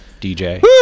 DJ